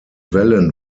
wellen